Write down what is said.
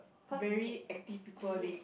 very active people they